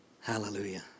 Hallelujah